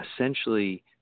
essentially